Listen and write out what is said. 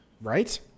Right